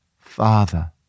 Father